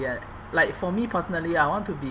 yeah like for me personally I want to be